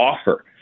offer